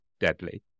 deadly